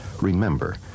Remember